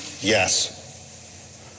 yes